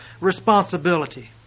responsibility